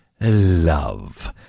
love